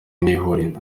n’ihuriro